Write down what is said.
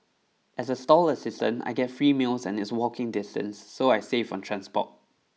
as a stall assistant I get free meals and it's walking distance so I save on transport